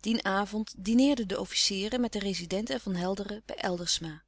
dien avond dineerden de officieren met den rezident en van helderen bij eldersma